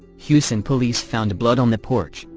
houston police found blood on the porch,